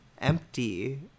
empty